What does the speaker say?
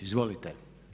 Izvolite.